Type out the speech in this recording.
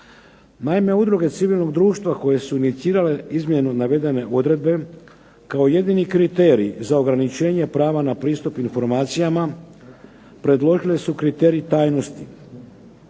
Naime, udruge civilnog društva koje su inicirale izmjenu navedene odredbe, kao jedini kriterij za ograničenje prava na pristup informacijama, predložile su kriterij tajnosti,